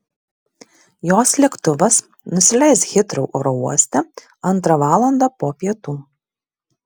jos lėktuvas nusileis hitrou oro uoste antrą valandą po pietų